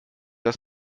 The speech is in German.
das